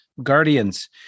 guardians